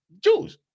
Jews